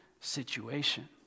situation